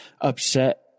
upset